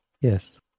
Yes